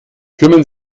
kümmern